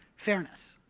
fairness.